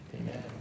amen